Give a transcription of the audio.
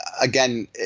Again